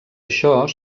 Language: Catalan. això